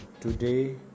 today